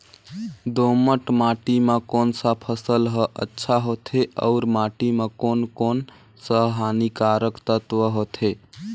दोमट माटी मां कोन सा फसल ह अच्छा होथे अउर माटी म कोन कोन स हानिकारक तत्व होथे?